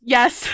Yes